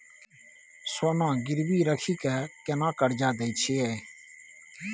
सोना गिरवी रखि के केना कर्जा दै छियै?